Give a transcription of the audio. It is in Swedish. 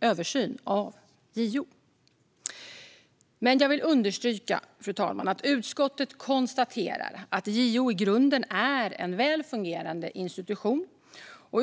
översyn av JO. Fru talman! Jag vill understryka att utskottet konstaterar att JO i grunden är en väl fungerande institution.